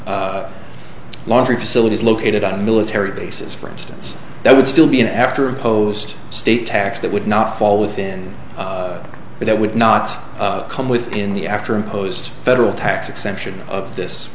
the laundry facilities located on a military bases for instance that would still be an after opposed state tax that would not fall within it that would not come within the after imposed federal tax exemption of this